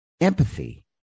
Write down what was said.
Empathy